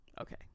okay